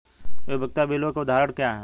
उपयोगिता बिलों के उदाहरण क्या हैं?